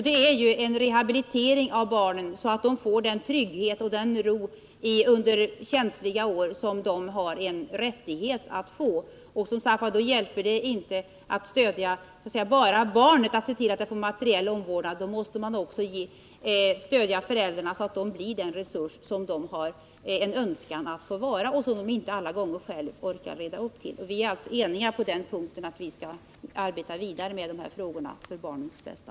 Det är en rehabilitering av barnen så att de får den trygghet och den ro under känsliga år som de har rätt att få. Det hjälper som sagt inte att bara stödja barnet och se till att det får materiell omvårdnad, utan man måste också stödja föräldrarna så att de blir den resurs som de har en önskan att få vara men som de inte alla gånger orkar leva upp till. Vi är alltså eniga om att vi skall arbeta vidare med dessa frågor för barnens bästa.